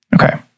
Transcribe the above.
Okay